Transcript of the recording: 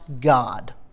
God